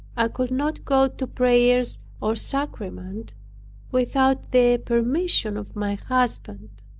i could not go to prayers or sacrament without the permission of my husband.